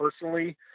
personally